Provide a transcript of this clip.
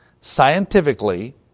scientifically